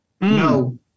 No